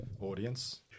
audience